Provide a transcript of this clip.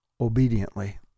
obediently